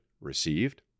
Received